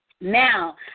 Now